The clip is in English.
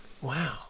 wow